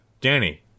Danny